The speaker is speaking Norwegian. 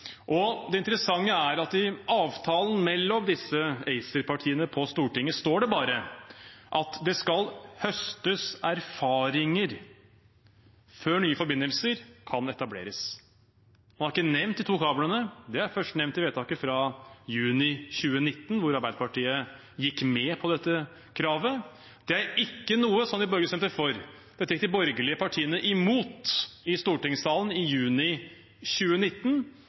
Det interessante er at i avtalen mellom disse ACER-partiene på Stortinget står det bare at det skal høstes erfaringer før nye forbindelser kan etableres. Man har ikke nevnt de to kablene. De er først nevnt i vedtaket fra juni 2019, hvor Arbeiderpartiet gikk med på dette kravet. Det er ikke noe de borgerlige stemte for. Dette gikk de borgerlige partiene imot i stortingssalen i juni 2019,